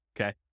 Okay